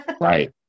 Right